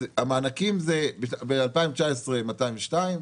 אז המענקים ב-2019 זה 202 מיליון ש"ח,